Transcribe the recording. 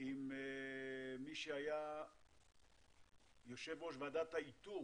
עם מי שהיה יושב-ראש ועדת האיתור,